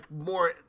more